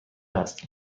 هستم